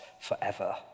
forever